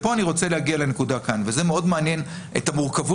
כאן אני רוצה להגיע לנקודה ומאוד מעניינת המורכבות